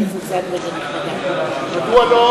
חברת הכנסת זנדברג הנכבדה, מדוע לא